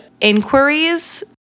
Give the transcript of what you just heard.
inquiries